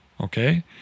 Okay